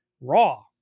raw